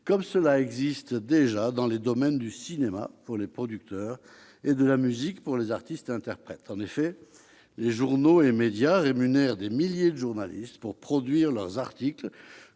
comme cela existe déjà dans les domaines du cinéma- pour les producteurs -et de la musique- pour les artistes interprètes. En effet, les journaux et les médias rémunèrent des milliers de journalistes pour produire des articles